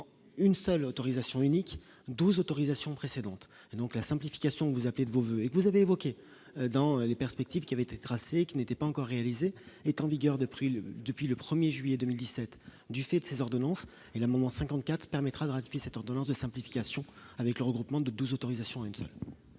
une seule autorisation unique 12 autorisation précédente donc la simplification, vous appelez de vos voeux et que vous avez évoqué dans les perspectives qui avait été tracée qui n'était pas encore réalisé est en vigueur depuis le depuis le 1er juillet 2017, du fait de ses ordonnances et le moment 54 permettra de ratifier cette ordonnance de simplification avec le regroupement de douze autorisation une.